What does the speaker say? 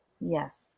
Yes